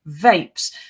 vapes